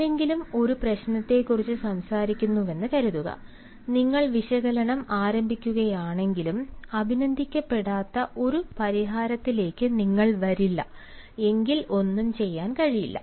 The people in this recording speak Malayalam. ആരെങ്കിലും ഒരു പ്രശ്നത്തെക്കുറിച്ച് സംസാരിക്കുന്നുവെന്ന് കരുതുക നിങ്ങൾ വിശകലനം ആരംഭിക്കുകയാണെങ്കിലും അഭിനന്ദിക്കപ്പെടാത്ത ഒരു പരിഹാരത്തിലേക്ക് നിങ്ങൾ വരില്ല എങ്കിൽ ഒന്നും ചെയ്യാൻ കഴിയില്ല